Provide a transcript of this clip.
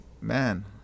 Man